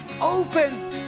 open